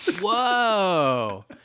Whoa